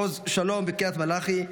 עוז שלום בקריית מלאכי,